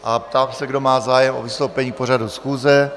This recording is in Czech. A ptám se, kdo má zájem o vystoupení k pořadu schůze.